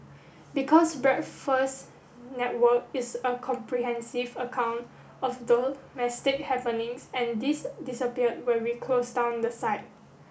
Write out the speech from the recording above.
because Breakfast Network is a comprehensive account of domestic happenings and this disappeared when we closed down the site